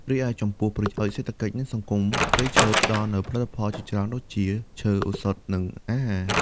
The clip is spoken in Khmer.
រីឯចំពោះប្រយោជន៍សេដ្ឋកិច្ច និងសង្គម ព្រៃឈើផ្ដល់នូវផលិតផលជាច្រើនដូចជាឈើ ឱសថ និងអាហារ។